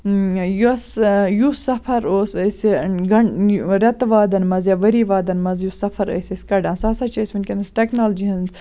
یۄس یُس سَفر اوس أسۍ رٮ۪تہٕ وادَن منٛز یا ؤری وادَن منٛز یُس سَفر ٲسۍ أسۍ کَڑان سُہ سا چھِ أسۍ ؤنکیٚنس ٹیکنالجی ہُند